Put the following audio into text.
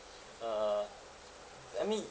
uh I mean